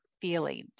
feelings